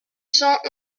cent